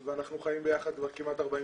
ואנחנו חיים ביחד כבר כמעט 40 שנה.